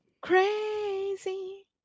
crazy